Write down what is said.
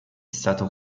stato